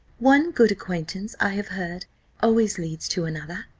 one good acquaintance i have heard always leads to another.